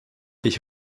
ich